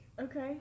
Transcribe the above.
Okay